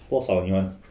多少呢